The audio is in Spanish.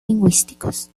lingüísticos